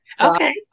Okay